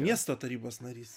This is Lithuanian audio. miesto tarybos narys